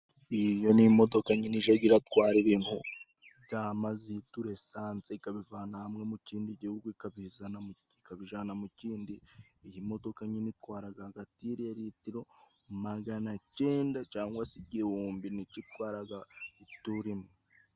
Iyiyo ni imodoka nyine ijaga iratwara ibintu by'amazitu ,risanse ikabivana hamwe mu kindi gihugu ikabibijana mu kindi, iyi modoka nyine itwaraga hagati ya litiro magana cenda cangwa se igihumbi nico itwaraga iturimwe.